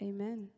Amen